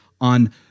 on